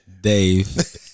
Dave